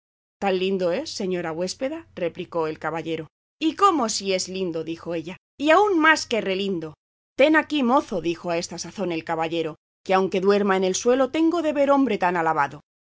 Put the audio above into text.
tan lindo es señora huéspeda replicó el caballero y cómo si es lindo dijo ella y aun más que relindo ten aquí mozo dijo a esta sazón el caballero que aunque duerma en el suelo tengo de ver hombre tan alabado